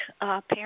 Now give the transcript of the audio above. parents